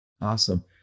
Awesome